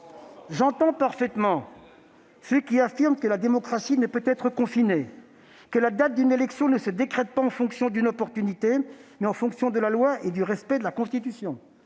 J'entends parfaitement ceux qui affirment que la démocratie ne peut être confinée, que la date d'une élection se décrète en fonction non pas d'une occasion, mais de la loi et du respect de la Constitution.